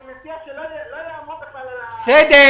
אני מציע שלא ייאמרו בכלל --- ייאמרו,